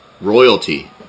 Royalty